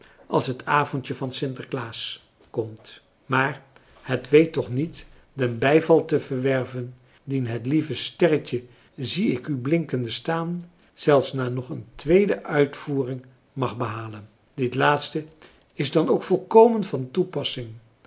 als het avondje van sinterklaas komt maar het weet toch niet den bijval te verwerven dien het lieve sterretje zie ik u blinkende staan zelfs na nog een tweede uitvoering mag behalen dit laatste is dan ook volkomen van toepassing